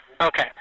Okay